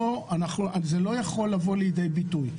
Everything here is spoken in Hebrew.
זה לא יכול לבוא לידי ביטוי.